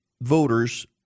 voters